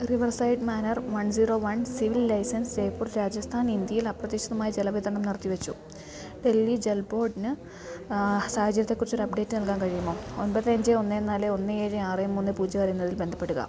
riverside manor one zero one civil lines Jaipur Rajasthan ഇന്ത്യയിൽ അപ്രതീക്ഷിതമായി ജലവിതരണം നിർത്തിവെച്ചു ഡല്ലി ജൽ ബോഡിന് സാഹചര്യത്തെക്കുറിച്ചൊരു അപ്ഡേറ്റ് നൽകാന് കഴിയുമോ ഒമ്പത് അഞ്ച് ഒന്ന് നാല് ഒന്ന് ഏഴ് ആറ് മൂന്ന് പൂജ്യം ആറ് എന്നതിൽ ബന്ധപ്പെടുക